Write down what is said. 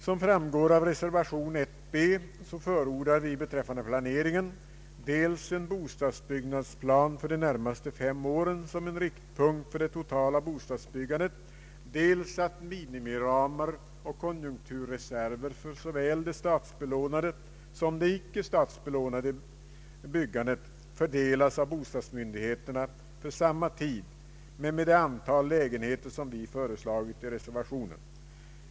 Som framgår av reservation 1b förordar vi beträffande planeringen dels en bostadsbyggnadsplan för de närmaste fem åren som en riktpunkt för det totala bostadsbyggandet, dels att minimiramar och konjunkturreserver för såväl det statsbelånade som det icke statsbelånade byggandet fördelas av bostadsmyndigheterna för samma tid med det antal lägenheter som vi föreslagit i reservationen.